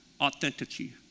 authenticity